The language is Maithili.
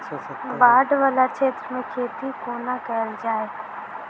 बाढ़ वला क्षेत्र मे खेती कोना कैल जाय?